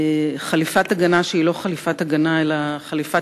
חליפת הגנה שהיא לא חליפת הגנה אלא חליפה